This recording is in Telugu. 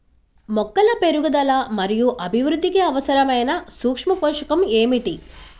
మొక్కల పెరుగుదల మరియు అభివృద్ధికి అవసరమైన సూక్ష్మ పోషకం ఏమిటి?